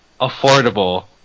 affordable